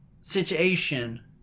situation